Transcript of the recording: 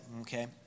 Okay